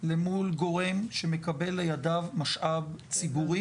למול גורם שמקבל לידיו משאב ציבורי,